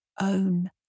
own